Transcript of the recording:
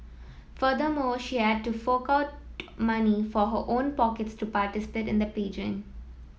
furthermore she had to fork out money from her own pockets to participate in the pageant